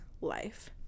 life